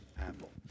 Apple